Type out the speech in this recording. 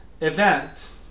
event